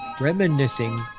reminiscing